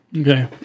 Okay